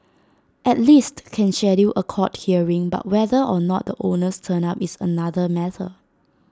at least can schedule A court hearing but whether or not the owners turn up is another matter